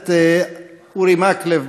הכנסת אורי מקלב,